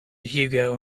hugo